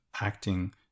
acting